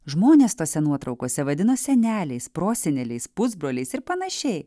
žmones tose nuotraukose vadina seneliais proseneliais pusbroliais ir panašiai